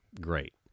Great